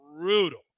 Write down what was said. brutal